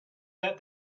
that